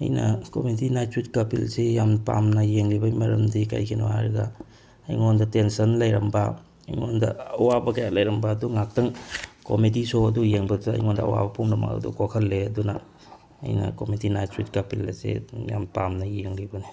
ꯑꯩꯅ comedy night with ꯀꯥꯄꯤꯜꯁꯤ ꯌꯥꯝ ꯄꯥꯝꯅ ꯌꯦꯡꯂꯤꯕꯩ ꯃꯔꯝꯗꯤ ꯀꯔꯤꯒꯤꯅꯣ ꯍꯥꯏꯔꯒ ꯑꯩꯉꯣꯟꯗ ꯇꯦꯟꯁꯟ ꯂꯩꯔꯝꯕ ꯑꯩꯉꯣꯟꯗ ꯑꯋꯥꯕ ꯀꯌꯥ ꯂꯩꯔꯝꯕ ꯑꯗꯨ ꯉꯥꯏꯍꯥꯛꯇꯪ ꯀꯣꯃꯦꯗꯤ ꯁꯣ ꯑꯗꯨ ꯌꯦꯡꯕꯗ ꯑꯩꯉꯣꯟꯗ ꯑꯋꯥꯕ ꯄꯨꯝꯅꯃꯛ ꯑꯗꯨ ꯀꯣꯛꯍꯜꯂꯦ ꯑꯗꯨꯅ ꯑꯩꯅ ꯀꯣꯃꯦꯗꯤ ꯅꯥꯏꯠ ꯋꯤꯠ ꯀꯥꯄꯤꯜ ꯑꯁꯤ ꯑꯗꯨꯝ ꯌꯥꯝ ꯄꯥꯝꯅ ꯌꯦꯡꯂꯤꯕꯅꯦ